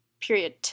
Period